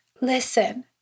listen